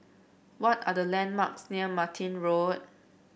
what are the landmarks near Martin Road